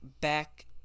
back